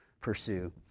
pursue